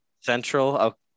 central